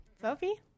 Sophie